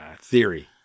theory